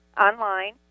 online